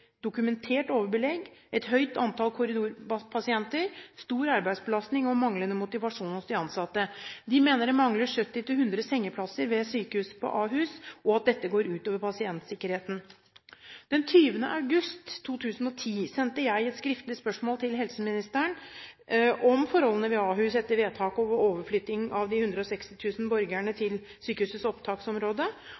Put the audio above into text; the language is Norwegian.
dokumentert overbelegg, et høyt antall korridorpasienter, stor arbeidsbelastning og manglende motivasjon hos de ansatte. De mener det mangler 70–100 sengeplasser ved sykehuset på Ahus, og at dette går ut over pasientsikkerheten. Den 20. august 2010 sendte jeg et skriftlig spørsmål til helseministeren om forholdene ved Ahus etter vedtaket om overflytting av de 160 000 borgerne